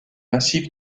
massif